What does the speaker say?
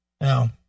Now